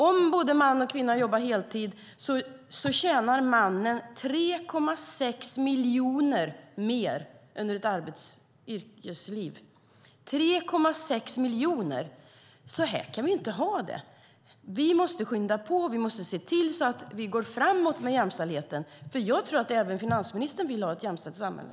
Om både man och kvinna jobbar heltid tjänar mannen 3,6 miljoner mer under ett yrkesliv - 3,6 miljoner! Så här kan vi inte ha det. Vi måste skynda på. Vi måste se till att vi går framåt med jämställdheten, för jag tror att även finansministern vill ha ett jämställt samhälle.